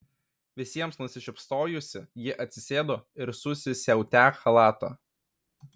visiems nusišypsojusi ji atsisėdo ir susisiautę chalatą